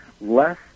Less